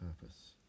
purpose